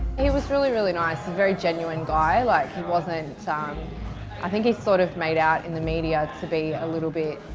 he was really, really nice, a very genuine guy. like he wasn't, ah um i think he's sort of made out in the media to be a little bit,